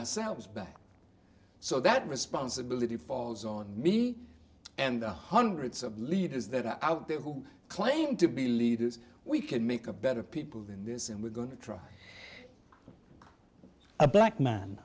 ourselves back so that responsibility falls on me and the hundreds of leaders that are out there who claim to be leaders we can make a better people than this and we're going to try a black man